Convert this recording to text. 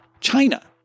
China